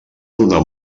donar